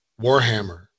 warhammer